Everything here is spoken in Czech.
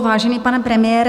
Vážený pane premiére.